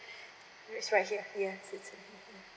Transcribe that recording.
it's right here yes it's with me